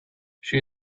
she